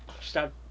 stop